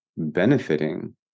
Benefiting